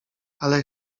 ale